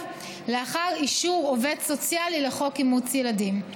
לאחר אישור עובד סוציאלי לחוק אימוץ ילדים.